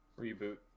Reboot